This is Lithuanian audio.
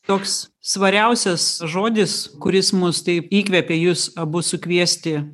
toks svariausias žodis kuris mus taip įkvėpė jus abu sukviesti